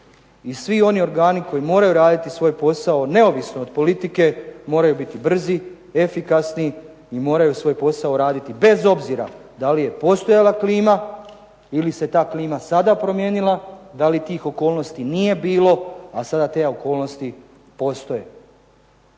svi oni organi koji moraju raditi svoj posao neovisno od politike, moraju biti brzi, efikasni i moraju svoj posao raditi bez obzira da li je postojala klima ili se ta klima sada promijenila, da li tih okolnosti nije bilo, a sada te okolnosti postoje.